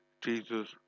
Jesus